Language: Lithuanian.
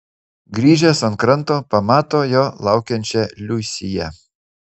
grįžęs ant kranto pamato jo laukiančią liusiją